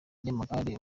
ry’amagare